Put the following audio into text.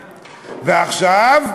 ועכשיו,